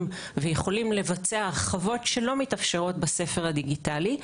ויכולים לבצע הרחבות שלא מתאפשרות בספר הדיגיטלי.